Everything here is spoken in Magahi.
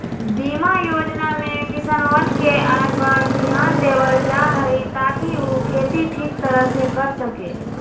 बीमा योजना में किसनवन के आय पर ध्यान देवल जाहई ताकि ऊ खेती ठीक तरह से कर सके